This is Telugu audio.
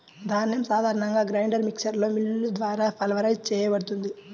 ధాన్యం సాధారణంగా గ్రైండర్ మిక్సర్లో మిల్లులు ద్వారా పల్వరైజ్ చేయబడుతుంది